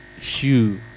shoe